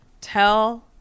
tell